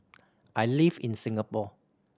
I live in Singapore